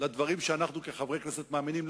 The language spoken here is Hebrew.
לדברים שאנחנו כחברי הכנסת מאמינים בהם,